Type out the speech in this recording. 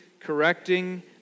correcting